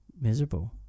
miserable